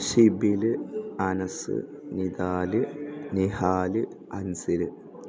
Shibil Anas Nidal Nihal Ansil